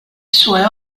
sue